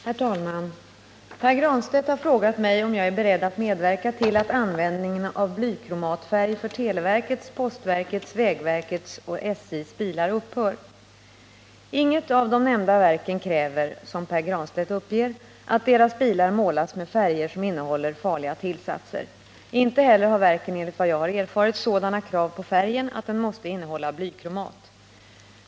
Herr talman! Pär Granstedt har frågat mig om jag är beredd att medverka till att användningen av blykromatfärg för televerkets, postverkets, vägverkets och SJ:s bilar upphör. Inget av de nämnda verken kräver, som Pär Granstedt uppger, att deras bilar målas med färger som innehåller farliga tillsatser. Inte heller har verken enligt vad jag har erfarit sådana krav på färgen att den måste innehålla blykromat.